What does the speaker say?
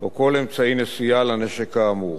או כל אמצעי נשיאה לנשק כאמור.